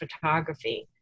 photography